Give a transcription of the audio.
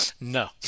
No